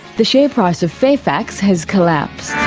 the share price of fairfax has collapsed.